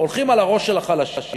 הולכים על הראש של החלשים,